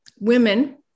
women